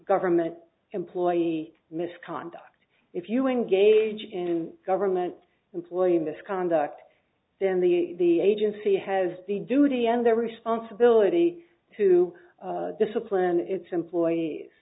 government employee misconduct if you engage in government employee misconduct then the agency has the duty and the responsibility to discipline its employees